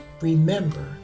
Remember